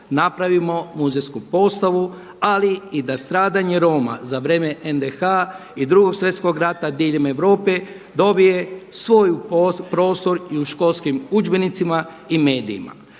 napravimo muzejsku postavu ali i da stradanje Roma za vrijeme NDH i Drugog svjetskog rata diljem Europe dobije svoj prostor i u školskim udžbenicima i medijima.